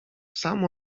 samo